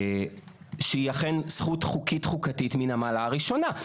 שהיא אכן זכות חוקית חוקתית מן המעלה הראשונה.